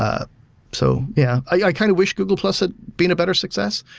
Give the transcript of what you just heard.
ah so yeah, i kind of wish google plus had been a better success.